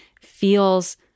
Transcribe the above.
feels